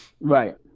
Right